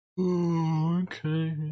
okay